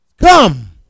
come